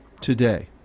today